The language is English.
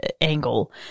angle